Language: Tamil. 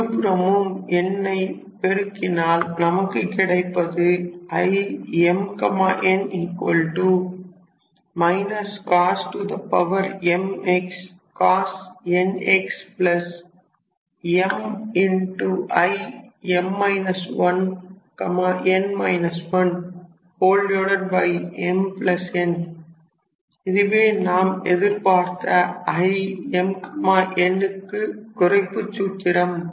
இருபுறமும் n ஐ பெருக்கினால் நமக்கு கிடைப்பது இதுவே நாம் எதிர்ப்பார்த்த Im n க்கான குறைப்புச் சூத்திரம்